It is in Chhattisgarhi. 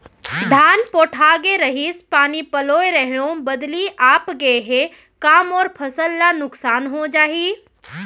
धान पोठागे रहीस, पानी पलोय रहेंव, बदली आप गे हे, का मोर फसल ल नुकसान हो जाही?